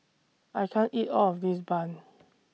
I can't eat All of This Bun